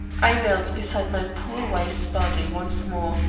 i knelt beside my poor wife's body once more,